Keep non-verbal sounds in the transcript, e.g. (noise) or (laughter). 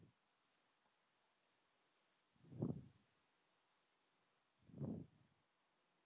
(breath) (breath)